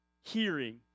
hearing